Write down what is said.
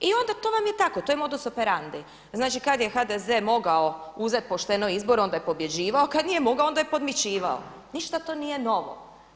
I onda to vam je tako to je modus operandi, znači kada je HDZ mogao uzeti pošteno izbore on je pobjeđivao kada nije mogao onda je podmićivao, ništa to nije novo.